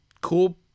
cool